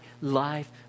life